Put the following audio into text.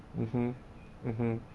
mmhmm mmhmm